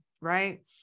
right